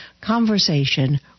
conversation